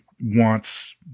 wants